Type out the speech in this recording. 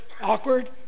awkward